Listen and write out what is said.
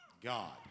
God